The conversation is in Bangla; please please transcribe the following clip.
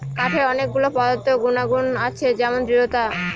কাঠের অনেক গুলো পদার্থ গুনাগুন আছে যেমন দৃঢ়তা